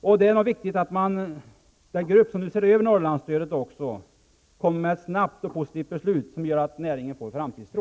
Därför är det viktigt att den grupp som skall se över stödet till jordbruket i norra Sverige snabbt kommer med ett positivt förslag som ger näringen framtidstro.